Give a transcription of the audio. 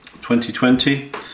2020